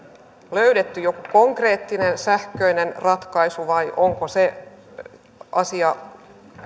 löydetty joku konkreettinen sähköinen ratkaisu vai onko se asia